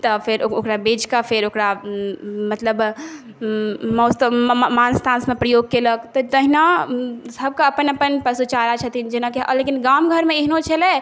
तऽ फेर ओकरा बेच कऽ फेर ओकरा मतलब मासु तौस मासु ताँसमे प्रयोग केलक तऽ तहिना सबके अपन अपन पशुचारा छथिन जेना कि हँ लेकिन गाम घरमे एहनो छलै